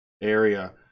area